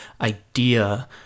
idea